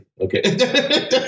Okay